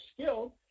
skilled